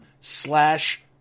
slash